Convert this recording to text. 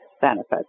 benefits